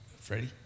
Freddie